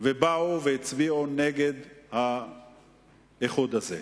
והם באו והצביעו נגד האיחוד הזה,